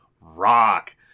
rock